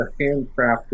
handcrafted